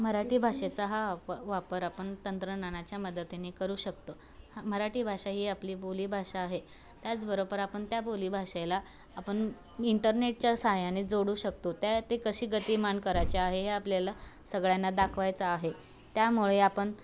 मराठी भाषेचा हा वाप वापर आपण तंत्रज्ञानाच्या मदतीने करू शकतो ही मराठी भाषा ही आपली बोलीभाषा आहे त्याचबरोबर आपण त्या बोली भाषेला आपण इंटरनेटच्या साह्याने जोडू शकतो त्या ते कशी गतिमान करायचे आहे हे आपल्याला सगळ्यांना दाखवायचं आहे त्यामुळे आपण